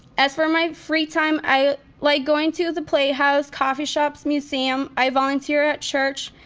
as for my free time, i like going to the playhouse, coffee shops, museums. i volunteer at church,